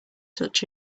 such